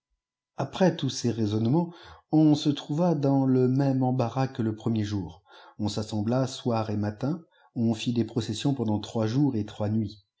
après tous ces raisonnements on se trouva dans le même embarras que le premier jour on s'assembla soir et matin on fit des processions pendant trois jours et trois nuits